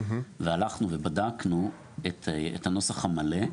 והלכנו ובדקנו את הנוסח המלא,